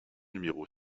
numéro